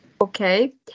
okay